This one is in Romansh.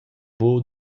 buca